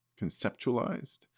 conceptualized